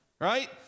right